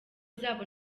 zabo